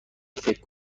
فکر